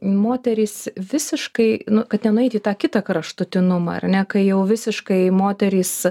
moterys visiškai nu kad nenueit į tą kitą kraštutinumą ar ne kai jau visiškai moterys